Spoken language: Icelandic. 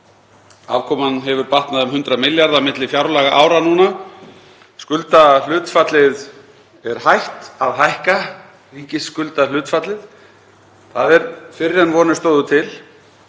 Afkoman hefur batnað um 100 milljarða á milli fjárlagaára núna. Skuldahlutfallið er hætt að hækka, ríkisskuldahlutfallið. Það er fyrr en vonir stóðu til.